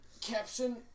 Caption